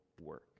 work